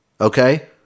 okay